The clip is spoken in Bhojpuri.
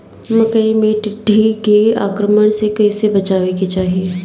मकई मे टिड्डी के आक्रमण से कइसे बचावे के चाही?